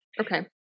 Okay